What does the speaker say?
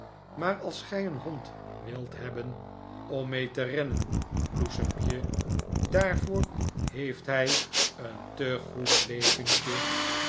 maar als gij een hond wilt hebben om mee te rennen bloesempje daarvoor heeft hij een te goed leventje